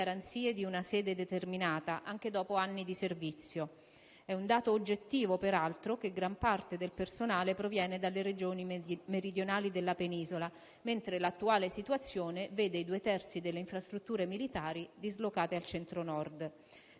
di una sede determinata, anche dopo anni di anni di servizio. È un dato oggettivo, peraltro, che gran parte del personale proviene dalle Regioni meridionali della Penisola, mentre l'attuale situazione vede i due terzi delle infrastrutture militari dislocate nel Centro-Nord.